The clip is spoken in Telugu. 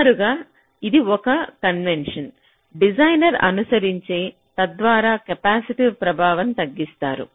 సుమారుగా ఇది ఒక కన్వెన్షన్ డిజైనర్ అనుసరించి తద్వారా కెపాసిటివ్ ప్రభావం తగ్గిస్తారు